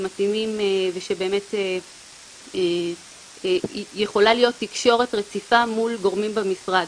מתאימים ושבאמת יכולה להיות תקשורת רציפה מול גורמים במשרד.